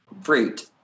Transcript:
fruit